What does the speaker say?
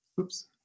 Oops